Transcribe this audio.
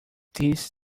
this